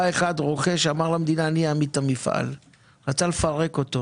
בא רוכש שאמר למדינה שהוא יעמיד את המפעל אבל בפועל פירק את המפעל